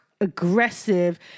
Aggressive